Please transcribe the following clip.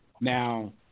Now